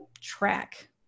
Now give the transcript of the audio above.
track